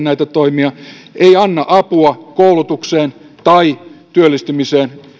näitä toimia ei anna apua koulutukseen tai työllistymiseen